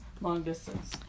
long-distance